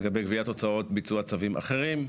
לגבי גביית הוצאות ביצוע צווים אחרים,